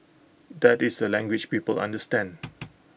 that is the language people understand